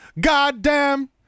Goddamn